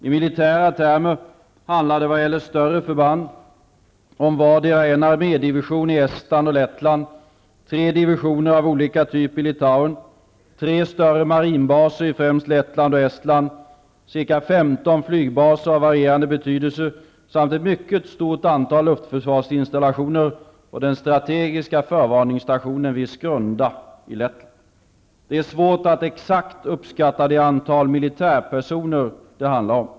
I militära termer handlar det vad gäller större förband om vardera en armédivision i Estland och 15 flygbaser av varierande betydelse samt ett mycket stort antal luftförsvarsinstallationer och den strategiska förvarningsstationen vid Skrunda i Det är svårt att exakt uppskatta det antal militärpersoner det handlar om.